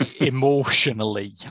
emotionally